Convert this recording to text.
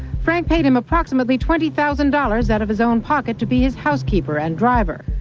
frank paid him approximately twenty thousand dollars out of his own pocket to be his housekeeper and driver.